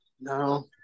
no